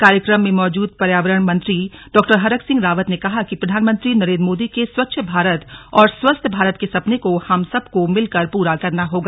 कार्यक्रम में मौजूद पर्यावरण मंत्री डॉ हरक सिंह रावत ने कहा कि प्रधानमंत्री नरेन्द्र मोदी के स्वच्छ भारत और स्वस्थ भारत के सपने को हम सबको मिलकर पूरा करना होगा